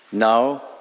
Now